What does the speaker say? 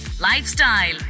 Lifestyle